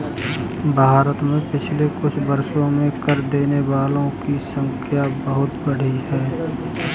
भारत में पिछले कुछ वर्षों में कर देने वालों की संख्या बहुत बढ़ी है